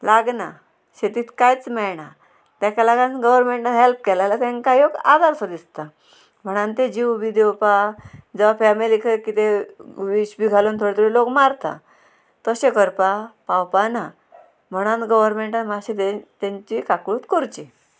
लागना शेतींत कांयच मेळना तेका लागून गवर्नमेंटान हेल्प केलें जाल्यार तेंकां एक आदार सो दिसता म्हणोन ते जीव बी दिवपा जावं फॅमिलीकय कितें वीश बी घालून थोडे थोडे लोक मारता तशें करपा पावपा ना म्हणून गवर्मेंटान मातशें तेंची काकळूट करची